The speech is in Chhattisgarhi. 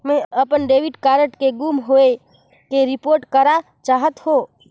मैं अपन डेबिट कार्ड के गुम होवे के रिपोर्ट करा चाहत हों